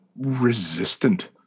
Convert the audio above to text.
resistant